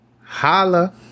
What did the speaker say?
holla